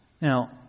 Now